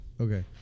Okay